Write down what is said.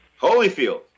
Holyfield